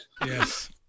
Yes